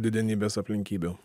didenybės aplinkybių